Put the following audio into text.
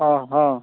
ହଁ ହଁ